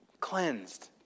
cleansed